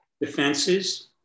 defenses